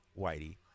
Whitey